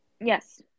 Yes